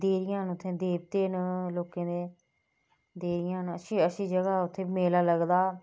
देह्रियां न उत्थै देबते न लोकें दे देह्रियां न अच्छी अच्छी जगह् उत्थै मेला लगदा